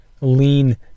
lean